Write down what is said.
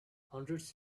hundreds